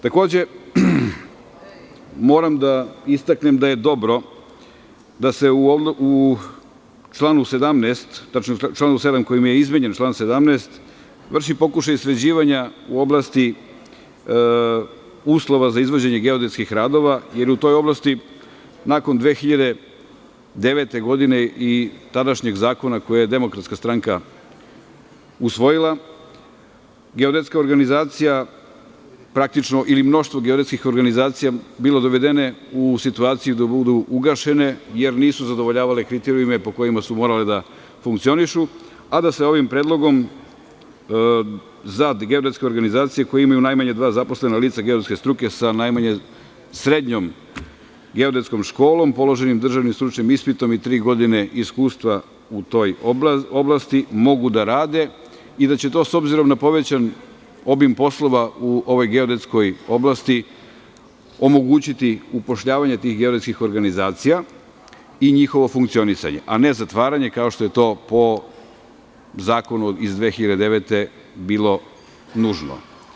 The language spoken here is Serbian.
Takođe, moram da istaknem da je dobro da se u članu 17, tačnije u članu 7. kojim je izmenjen član 17, vrši pokušaj sređivanja u oblasti uslova za izvođenje geodetskih radova, jer u toj oblasti nakon 2009. godine i tadašnjeg zakona koji je DS usvojila, geodetska organizacija praktično, ili mnoštvo geodetskih organizacija, bile dovedene u situaciju da budu ugašene, jer nisu zadovoljavale kriterijume po kojima su morale da funkcionišu, a da se ovim predlogom za geodetske organizacije koje imaju najmanje dva zaposlena lica geodetske struke, sa najmanje srednjom geodetskom školom, položenim državnim stručnim ispitom i tri godine iskustva u toj oblasti, mogu da radi i da će to s obzirom na povećan obim poslova u ovoj geodetskoj oblasti, omogućiti upošljavanje tih geodetskih organizacija i njihovo funkcionisanje, a ne zatvaranje kao što je to po zakonu iz 2009. godine bilo nužno.